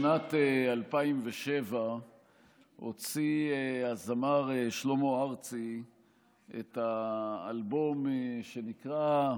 בשנת 2007 הוציא הזמר שלמה ארצי את האלבום שנקרא,